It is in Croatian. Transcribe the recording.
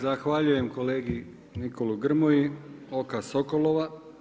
Zahvaljujem kolegi Nikoli Grmoji, oka sokolova.